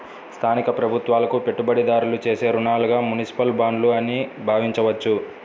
స్థానిక ప్రభుత్వాలకు పెట్టుబడిదారులు చేసే రుణాలుగా మునిసిపల్ బాండ్లు అని భావించవచ్చు